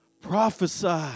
prophesy